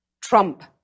Trump